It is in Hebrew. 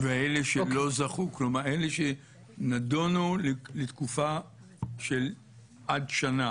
ואלה שלא זכו, כלומר אלה שנדונו לתקופה של עד שנה